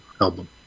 album